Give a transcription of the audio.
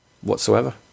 whatsoever